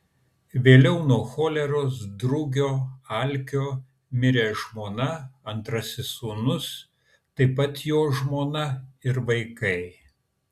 vėliau nuo choleros drugio alkio mirė žmona antrasis sūnus taip pat jo žmona ir vaikai